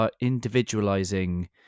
individualizing